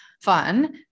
fun